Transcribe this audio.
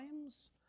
Times